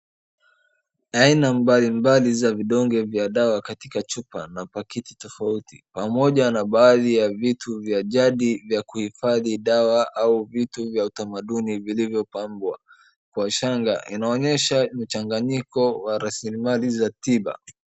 Aina mbalimbali za vidonge vya dawa katika chupa na pakiti tofauti pamoja na baadhi ya vitu vya jadi vya kuhifadhi dawa au vitu vya utamanduni vilivyopambwa kwa shanga. Inaonyesha mchanyiko wa rasmimali za tiba.